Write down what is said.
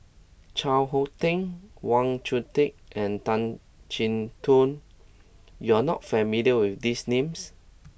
Chao Hick Tin Wang Chunde and Tan Chin Tuan you are not familiar with these names